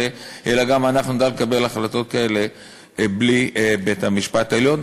אלא אנחנו גם נדע לקבל החלטות כאלה בלי בית-המשפט העליון,